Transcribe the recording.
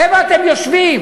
איפה אתם יושבים?